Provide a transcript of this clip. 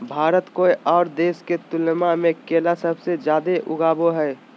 भारत कोय आउ देश के तुलनबा में केला सबसे जाड़े उगाबो हइ